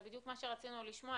זה בדיוק מה שרצינו לשמוע,